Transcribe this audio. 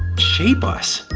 shape us.